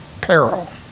peril